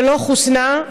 שלא חוסנה,